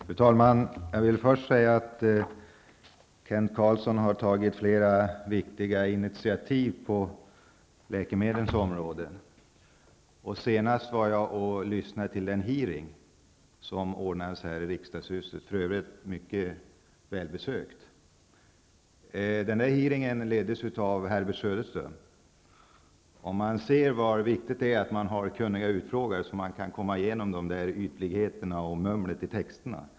Fru talman! Jag vill först säga att Kent Carlsson har tagit flera viktiga initiativ på läkemedelsområdet. Jag lyssnade på en hearing som anordnades här i riksdagshuset -- för övrigt en mycket välbesökt hearing -- och som leddes av Herbert Söderström. Det är viktigt att ha kunniga utfrågare för att komma igenom ytligheter och mummel i texterna.